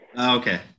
okay